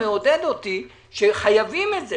מעודד אותי שחייבים את זה,